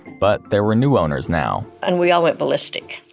but there were new owners now and we all went ballistic.